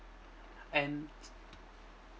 and